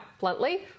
bluntly